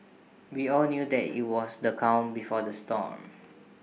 we all knew that IT was the calm before the storm